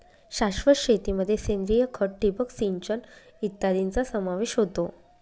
शाश्वत शेतीमध्ये सेंद्रिय खत, ठिबक सिंचन इत्यादींचा समावेश होतो